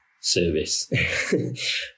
service